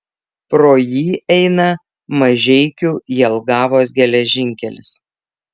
pro jį eina mažeikių jelgavos geležinkelis